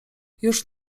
już